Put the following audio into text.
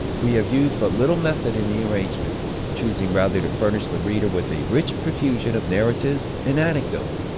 we have used but little method in the arrangement choosing rather to furnish the reader with a rich profusion of narratives and anecdotes,